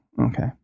okay